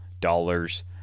dollars